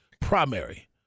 primary